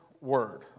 word